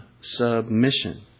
submission